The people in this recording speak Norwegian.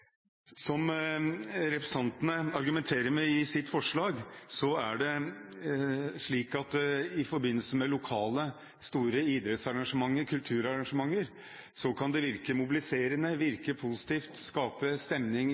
Som representantene argumenterer med i sitt forslag, kan det i forbindelse med lokale store idrettsarrangementer – kulturarrangementer – virke mobiliserende og positivt, skape stemning